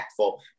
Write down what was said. impactful